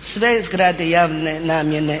sve zgrade javne namjene,